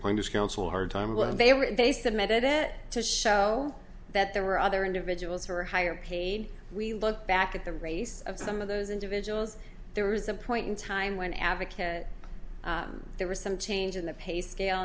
how they were and they submitted it to show that there were other individuals who are higher paid we look back at the race of some of those individuals there was a point in time when advocate there was some change in the pay scale